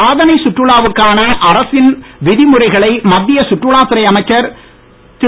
சாதனை சுற்றுலாவுக்கான அரசின் விதிமுறைகளை மத்திய சுற்றுலா துறை அமைச்சர் திரு